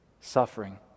Suffering